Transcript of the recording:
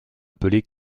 appelés